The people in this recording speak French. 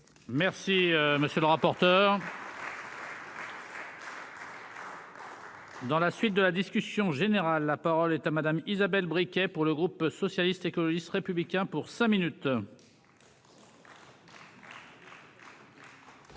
Merci, monsieur le rapporteur. Dans la suite de la discussion générale, la parole est à Madame Isabelle briquet pour le groupe socialiste, écologiste républicains pour cinq minutes.